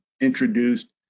introduced